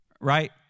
Right